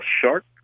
shark